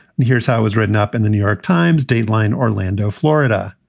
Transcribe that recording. and here's how it was written up in the new york times. dateline, orlando, florida.